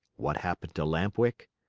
what happened to lamp-wick?